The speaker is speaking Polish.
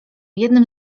jednym